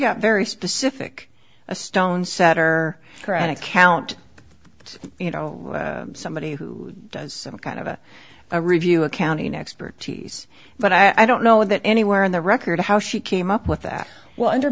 got very specific a stone setter for an account but you know somebody who does some kind of a review accounting expertise but i don't know that anywhere in the record how she came up with that well under